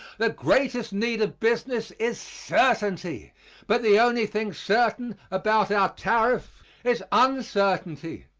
the greatest need of business is certainty but the only thing certain about our tariff is uncertainty.